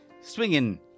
swinging